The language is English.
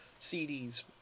CDs